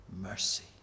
mercy